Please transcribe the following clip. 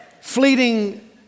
fleeting